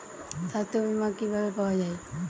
সাস্থ্য বিমা কি ভাবে পাওয়া যায়?